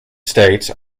states